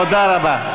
תודה רבה.